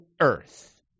earth